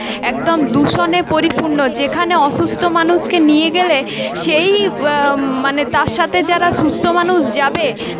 একদম দূষণে পরিপূর্ণ যেখানে অসুস্থ মানুষকে নিয়ে গেলে সেই মানে তার সাথে যারা সুস্থ মানুষ যাবে